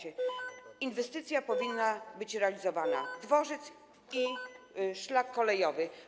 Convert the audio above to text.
Inwestycja powinna być realizowana - dworzec i szlak kolejowy.